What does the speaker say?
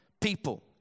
people